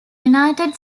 united